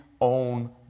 own